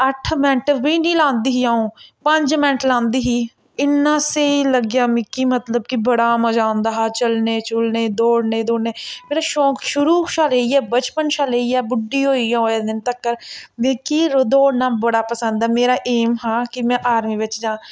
अट्ठ मैंट्ट बी नी लांदी ही आ'ऊं पंज मैंट्ट लांदी ही इ'न्ना स्हेई लग्गेआ मिकी मतलब कि बड़ा मजा औंदा हा चलने चुलने ई दौड़ने दुड़ने मेरा शौक शुरू शा लेइयै बचपन शा लेइयै बुड्डी होई आ'ऊं अज्ज दिन तकर मिकी दौड़ना बड़ा पसंद ऐ मेरा ऐम हा कि में आर्मी बिच्च जां